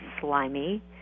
slimy